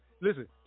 listen